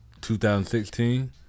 2016